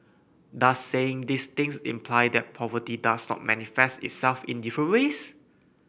does saying these things imply that poverty does not manifest itself in different ways